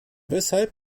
weshalb